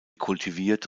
kultiviert